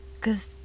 cause